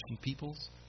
peoples